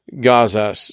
Gaza